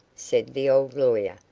said the old lawyer,